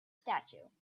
statue